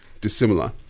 dissimilar